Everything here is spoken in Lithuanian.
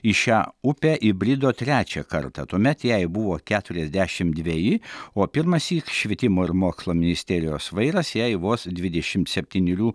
į šią upę įbrido trečią kartą tuomet jai buvo keturiasdešimt dveji o pirmąsyk švietimo ir mokslo ministerijos vairas jai vos dvidešimt septynerių